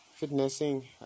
Fitnessing